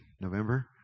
November